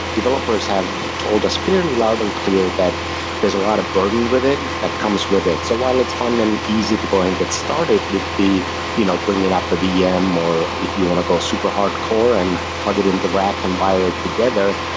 developers have told us fairly loud and clear that there's a lot of burden with it that comes with it. so while it's fun and easy to go and get started with the you know bringing up a vm or if you want to go super hardcore and plug it in the rack and wire it together,